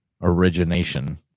origination